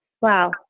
Wow